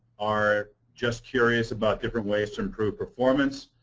are just curious about different ways to improve performance.